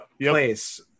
place